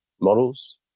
models